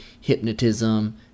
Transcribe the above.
hypnotism